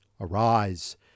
Arise